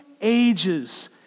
ages